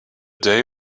day